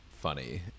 funny